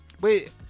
Wait